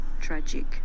tragic